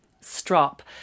strop